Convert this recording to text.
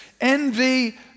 envy